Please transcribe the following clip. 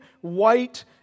white